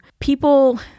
people